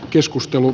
keskustelu